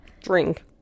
Drink